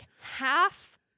half